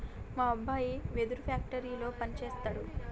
మా అబ్బాయి వెదురు ఫ్యాక్టరీలో పని సేస్తున్నాడు